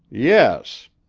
yes.